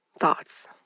thoughts